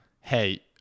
hey